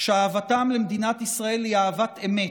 שאהבתם למדינת ישראל היא אהבת אמת,